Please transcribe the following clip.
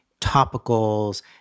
topicals